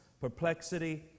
perplexity